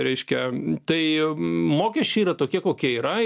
reiškia tai mokesčiai yra tokie kokie yra